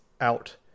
out